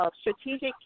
strategic